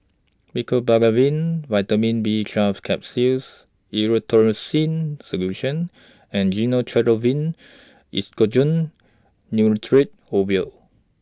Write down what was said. Mecobalamin Vitamin B twelve Capsules Erythroymycin Solution and Gyno Travogen Nitrate Ovule